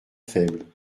faible